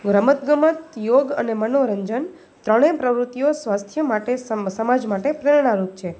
રમત ગમત યોગ અને મનોરંજન ત્રણેય પ્રવૃતિઓ સ્વાસ્થ્ય માટે સમ સમાજ માટે પ્રેરણારૂપ છે